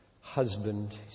husband